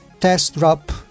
test-drop